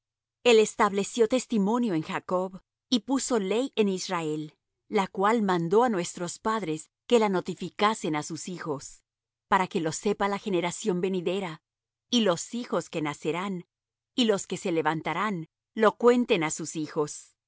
el estableció testimonio en jacob y pusó ley en israel la cual mandó á nuestros padres que la notificasen á sus hijos para que lo sepa la generación venidera y los hijos que nacerán y los que se levantarán lo cuenten á sus hijos